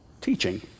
teaching